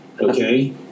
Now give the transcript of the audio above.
okay